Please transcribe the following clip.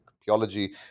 theology